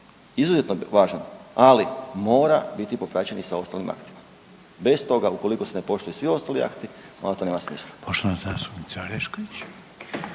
izuzetno važan, ali mora biti popraćen i sa ostalim aktima, bez toga, ukoliko se ne poštuju svi ostali akti, onda to nema smisla.